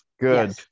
Good